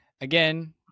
again